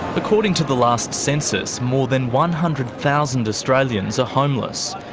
according to the last census, more than one hundred thousand australians are homeless.